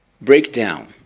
Breakdown